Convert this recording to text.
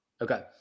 Okay